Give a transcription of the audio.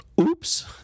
oops